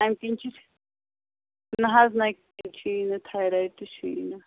اَمہِ کِنۍ چھُ نہَ حظ نہَ کیٚنٛہہ چھُی نہٕ تھایرایِڈ تہِ چھُی نہٕ